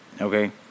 Okay